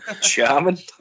Charming